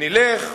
נלך,